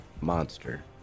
monster